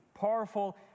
powerful